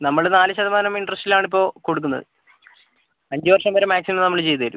നമ്മള് നാല് ശതമാനം ഇൻറ്ററസ്റ്റിലാണ് ഇപ്പോൾ കൊടുക്കുന്നത് അഞ്ച് വർഷം വരെ മാക്സിമം നമ്മൾ ചെയ്ത് തരും